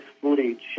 footage